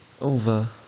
over